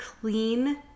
clean